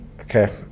Okay